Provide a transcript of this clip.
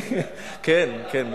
כן, כן.